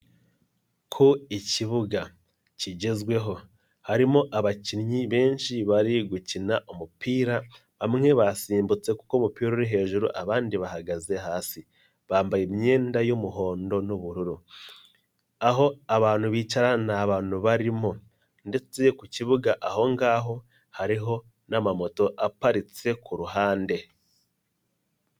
Ku kibuga kigezweho harimo abakinnyi benshi bari gukina umupira bamwe basimbutse kuko umupira uri hejuru abandi bahagaze hasi bambaye imyenda y'umuhondo n'ubururu aho abantu bicara nta bantu barimo ndetse ku kibuga aho ngaho hariho n'amamoto aparitse ku ruhande.